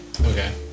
Okay